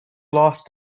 lost